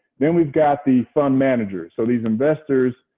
then we've got the fund managers. so these investors,